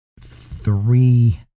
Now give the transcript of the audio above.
three